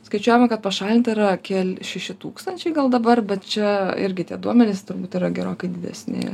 skaičiuojama kad pašalinta yra kel šeši tūkstančiai gal dabar bet čia irgi tie duomenys turbūt yra gerokai didesni